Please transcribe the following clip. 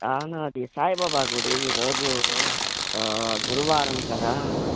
అవును అది సాయిబాబా గుడి ఈరోజు గురువారం కదా